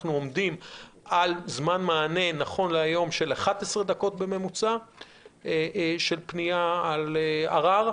נכון להיום אנחנו עומדים על זמן מענה של 11 דקות בממוצע לפנייה על ערר,